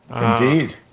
Indeed